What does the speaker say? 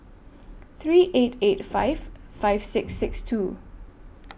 three eight eight five five six six two